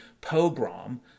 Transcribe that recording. pogrom